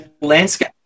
landscape